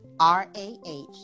R-A-H